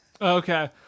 Okay